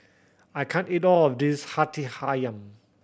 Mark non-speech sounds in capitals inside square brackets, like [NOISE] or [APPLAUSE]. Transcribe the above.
I can't eat all of this Hati [UNINTELLIGIBLE]